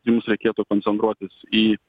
jums reikėtų koncentruotis į